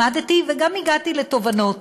למדתי וגם הגעתי לתובנות.